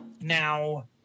Now